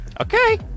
Okay